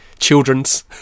Children's